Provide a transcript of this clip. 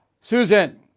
Susan